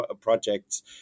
projects